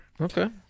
Okay